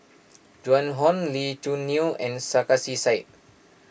Joan Hon Lee Choo Neo and Sarkasi Said